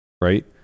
right